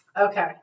Okay